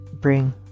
bring